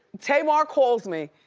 tamar calls me,